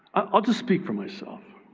i'll just speak for myself.